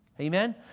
Amen